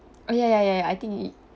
oh ya ya ya ya I think it